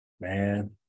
man